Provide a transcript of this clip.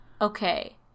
okay